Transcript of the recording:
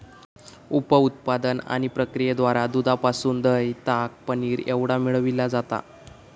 उप उत्पादन आणि प्रक्रियेद्वारा दुधापासून दह्य, ताक, पनीर एवढा मिळविला जाता